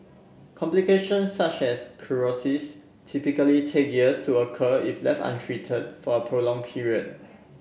complications such as cirrhosis typically take years to occur if left untreated for a prolonged period